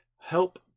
help